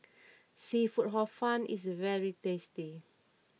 Seafood Hor Fun is very tasty